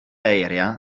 aerea